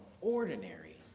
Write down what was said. ordinary